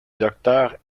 docteur